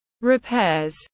repairs